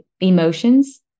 emotions